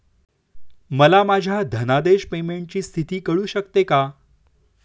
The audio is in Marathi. मला माझ्या धनादेश पेमेंटची स्थिती कळू शकते का?